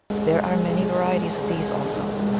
there are many va rieties of these also.